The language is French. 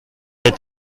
est